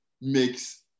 makes